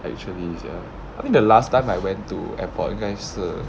actually is it ah I think the last time I went to airport 应该是